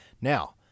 now